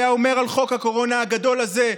היה אומר על חוק הקורונה הגדול הזה,